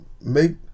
make